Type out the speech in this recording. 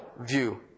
view